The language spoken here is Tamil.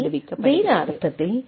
எனவே வேறு அர்த்தத்தில் எல்